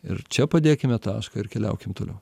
ir čia padėkime tašką ir keliaukim toliau